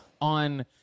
on